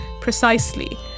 precisely